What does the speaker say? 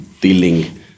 dealing